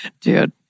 Dude